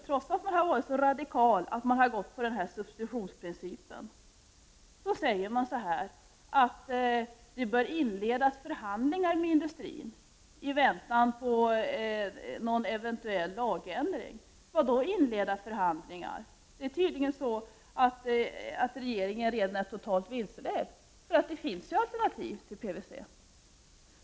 Trots att man har varit så radikal att man har accepterat substitutionsprincipen, säger man att det bör inledas förhandlingar med industrin i väntan på eventuell lagändring. Vad då inleda förhandlingar? Regeringen är tydligen redan totalt vilseledd. Det finns alternativ till PVC.